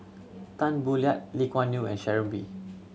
Tan Boo Liat Lee Kuan Yew and Sharon Wee